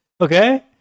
okay